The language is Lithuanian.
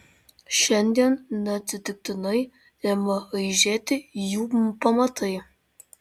šiandien neatsitiktinai ima aižėti jų pamatai